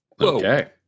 Okay